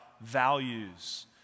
values